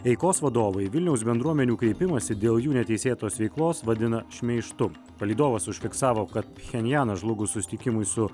eikos vadovai vilniaus bendruomenių kreipimąsi dėl jų neteisėtos veiklos vadina šmeižtu palydovas užfiksavo kad pchenjanas žlugus susitikimui su